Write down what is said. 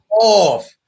off